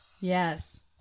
Yes